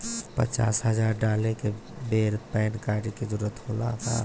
पचास हजार डाले के बेर पैन कार्ड के जरूरत होला का?